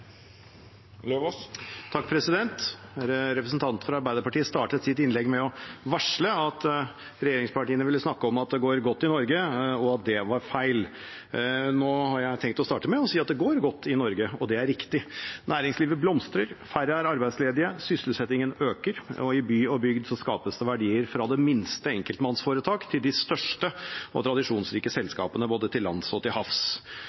fra Arbeiderpartiet startet sitt innlegg med å varsle at regjeringspartiene ville snakke om at det går godt i Norge, og at det var feil. Nå har jeg tenkt å starte med å si at det går godt i Norge, og det er riktig. Næringslivet blomstrer, færre er arbeidsledige, sysselsettingen øker, og i by og bygd skapes det verdier fra det minste enkeltmannsforetak til de største og tradisjonsrike selskapene både til lands og til havs.